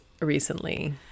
recently